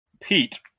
Pete